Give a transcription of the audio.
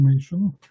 information